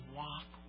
walk